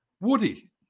Woody